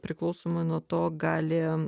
priklausomai nuo to gali